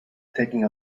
taking